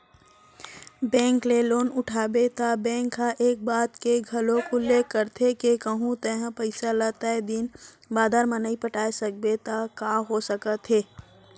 bank ले loan उठाबे त बेंक ह ए बात के घलोक उल्लेख करथे के कहूँ तेंहा पइसा ल तय दिन बादर म नइ पटा सकबे त का हो सकत हे